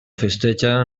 festeja